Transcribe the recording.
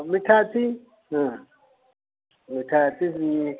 ମିଠା ଅଛି ହଁ ମିଠା ଅଛି